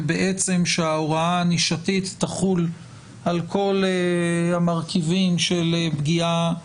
ובעצם שההוראה הנישתית תחול על כל המרכיבים של פגיעה,